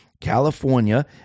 California